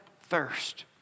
thirst